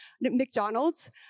McDonald's